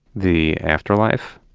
the afterlife?